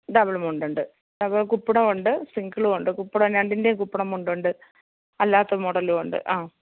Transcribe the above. double മുണ്ടുണ്ട് അപ്പോ കുപ്പടോമുണ്ട് സിംഗിളുണ്ട് കുപ്പടവും രണ്ടിൻറ്റെയും കുപ്പടം മുണ്ടുണ്ട് അല്ലാത്ത മോഡലുമുണ്ട് ആ